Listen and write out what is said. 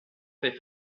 fait